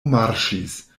marŝis